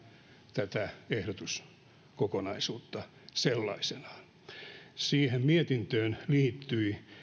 tätä ehdotuskokonaisuutta sellaisenaan mietintöön liittyi